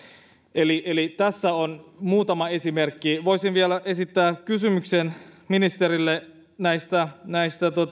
eli eli tässä on muutama esimerkki voisin vielä esittää kysymyksen ministerille näistä näistä